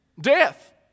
death